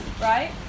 right